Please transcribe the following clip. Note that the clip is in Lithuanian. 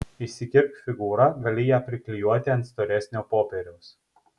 išsikirpk figūrą gali ją priklijuoti ant storesnio popieriaus